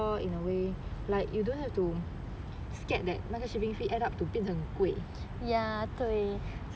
in a way like you don't have to scare that the shipping fee add up to 变成很贵